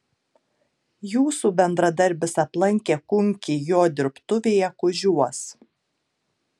jūsų bendradarbis aplankė kunkį jo dirbtuvėje kužiuos